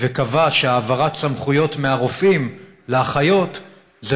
וקבע שהעברת סמכויות מהרופאים לאחיות זה